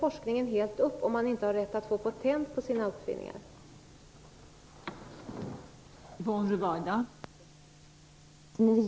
Om uppfinnaren inte har rätt att få patent på sina uppfinningar stannar forskningen upp helt.